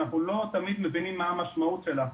אנחנו לא תמיד מבינים מה המשמעות שלה.